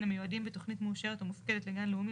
המיועדים בתכנית מאושרת או מופקדת לגן לאומי,